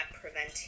preventing